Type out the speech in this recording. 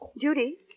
Judy